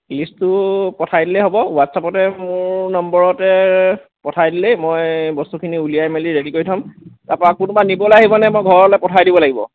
লিষ্টটো পঠাই দিলে হ'ব হোৱাটচএপতে মোৰ নম্বৰতে পঠাই দিলে মই বস্তুখিনি উলিয়াই মেলি ৰেডি কৰি থ'ম তাৰপৰা কোনোবাই নিবলৈ আহিব নে মই ঘৰলৈ পঠাই দিব লাগিব